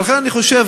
ואכן אני חושב,